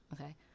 Okay